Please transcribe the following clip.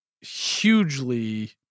hugely